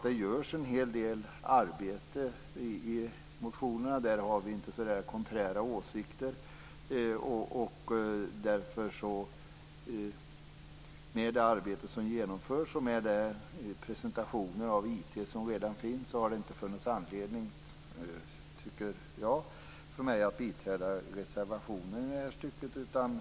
Det görs en hel del arbete i detta sammanhang, och vi har inte så konträra åsikter i motionerna. Med tanke på det arbete som genomförs och den presentation av IT som redan sker har det inte funnits anledning för mig att biträda reservationen i detta stycke.